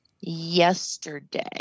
yesterday